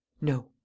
No